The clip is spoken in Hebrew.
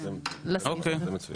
שאלה.